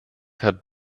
hat